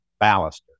baluster